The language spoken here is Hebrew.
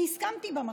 אני הסכמתי במקור.